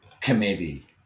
Committee